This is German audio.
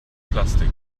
plastik